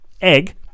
egg